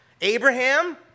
Abraham